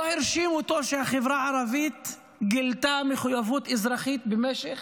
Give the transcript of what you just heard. לא הרשים אותו שהחברה הערבית גילתה מחויבות אזרחית במשך